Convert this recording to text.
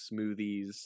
smoothies